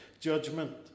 judgment